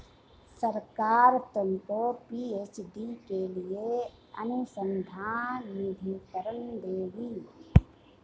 सरकार तुमको पी.एच.डी के लिए अनुसंधान निधिकरण देगी